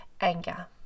anger